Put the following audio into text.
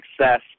success